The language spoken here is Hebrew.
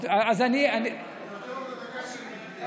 אני נותן לו את הדקה שלי.